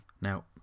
Now